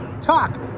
talk